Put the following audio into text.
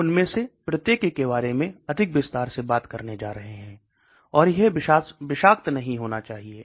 हम उनमें से प्रत्येक के बारे में अधिक विस्तार से बात करने जा रहे हैं और यह विषाक्तता नहीं होनी चाहिए